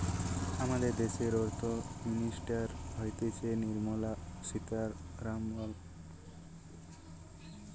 আমাদের দ্যাশের অর্থ মিনিস্টার হতিছে নির্মলা সীতারামন